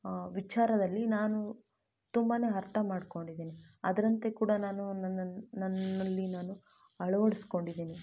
ವಿಚಾರದಲ್ಲಿ ನಾನು ತುಂಬಾ ಅರ್ಥ ಮಾಡ್ಕೊಂಡಿದ್ದೀನಿ ಅದರಂತೆ ಕೂಡ ನಾನು ನನ್ನ ನನ್ನಲ್ಲಿ ನಾನು ಅಳ್ವಡ್ಸ್ಕೊಂಡಿದ್ದೀನಿ